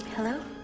Hello